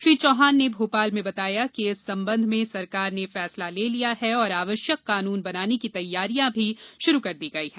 श्री चौहान ने भोपाल में बताया कि इस संबंध में सरकार ने फैसला ले लिया है और आवश्यक कानून बनाने की तैयारियां भी प्रारंभ कर दी गयी हैं